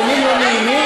אתה מסית, אתה לא מרגיש?